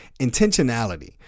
intentionality